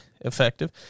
effective